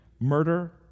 murder